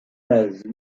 nazi